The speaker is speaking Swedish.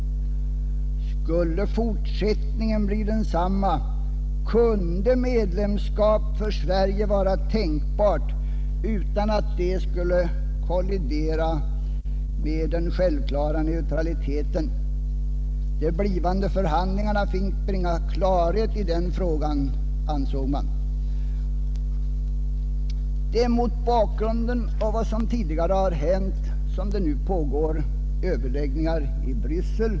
Skulle fortsättningen bli densamma kunde medlemskap för Sverige vara tänkbart utan att detta skulle kollidera med den självklara neutraliteten. De kommande förhandlingarna fick bringa klarhet i den frågan, ansåg man. Det är mot den bakgrunden som det nu pågår överläggningar i Bryssel.